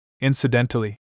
Incidentally